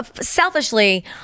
selfishly